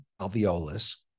alveolus